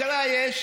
ריפוי, הכרה יש.